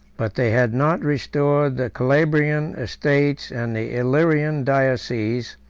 but they had not restored the calabrian estates and the illyrian diocese,